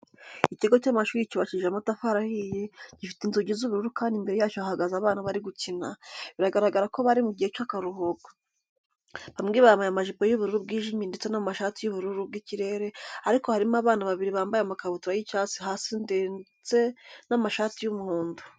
Ikigo cy'amashuri cyubakishije amatafari ahiye, gifite inzugi z'ubururu kandi imbere yacyo hahagaze abana bari gukina, biragaragara ko bari mu gihe cy'akaruhuko. Bamwe bambaye amajipo y'ubururu bwijimye ndetse n'amashati y'ubururu bw'ikirere ariko harimo abana babiri bambaye amakabutura y'icyatsi hasi ndetse n'amashati y'umuhondo.